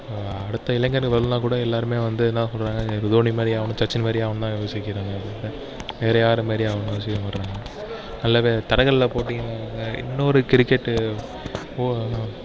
அடுத்த இளைஞர்கள் வந்து எல்லோருமே என்ன சொல்கிறாங்க தோனி மாதிரி ஆகணும் சச்சின் மாதிரி ஆகணுனு தான் யோசிக்கிறாங்க வேற யாரை மாரி ஆகணுன்னு யோசிக்க மாட்றாங்க தடகள போட்டி இன்னொரு கிரிக்கெட்டு